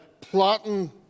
plotting